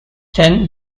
then